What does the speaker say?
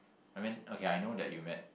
I meant okay I know that you met